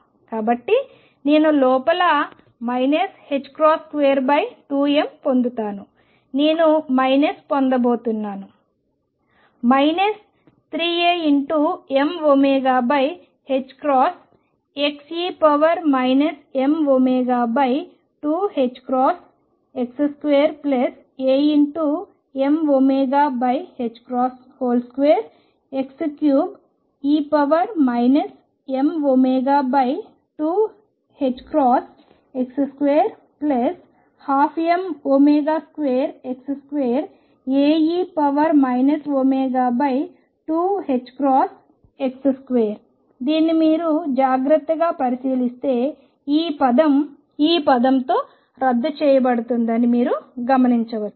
కాబట్టి నేను లోపల 22m పొందుతాను నేను మైనస్ పొందబోతున్నాను 3Amωxe mω2ℏx2Amω2x3e mω2ℏx212m2x2Ae mω2ℏx2 మీరు దీన్ని జాగ్రత్తగా పరిశీలిస్తే ఈ పదం ఈ పదంతో రద్దు చేయబడుతుందని మీరు గమనించవచ్చు